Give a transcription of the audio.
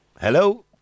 Hello